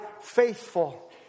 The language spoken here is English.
faithful